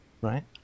right